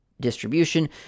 distribution